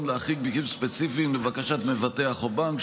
להחריג מקרים ספציפיים לבקשת מבטח או בנק,